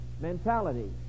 mentality